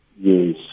yes